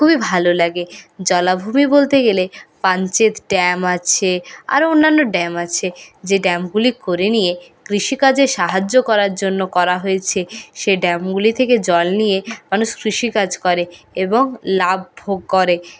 খুবই ভালো লাগে জলাভূমি বলতে গেলে পাঞ্চেত ড্যাম আছে আরও অন্যান্য ড্যাম আছে যে ড্যামগুলি ভরে নিয়ে কৃষিকাজে সাহায্য করার জন্য করা হয়েছে সে ড্যামগুলি থেকে জল নিয়ে মানুষ কৃষিকাজ করে এবং লাভ ভোগ করে